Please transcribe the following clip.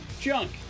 junk